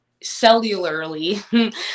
cellularly